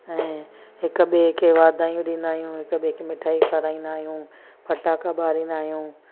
ऐं हिकु ॿिए खे वाधायूं ॾींदा आहियूं हिकु ॿिए खे मिठाई खाराईंदा आहियूं फटाका ॿारींदा आहियूं